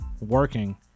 working